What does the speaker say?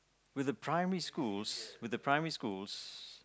with the primary schools with the primary schools